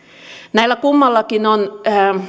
näillä kummallakin on